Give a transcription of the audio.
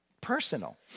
personal